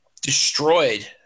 destroyed